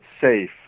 safe